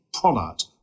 product